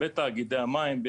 בתאגידי המים,